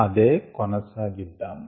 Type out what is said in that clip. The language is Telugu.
అదే కొనసాగిద్దాము